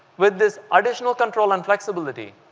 with this additional control and flexibility,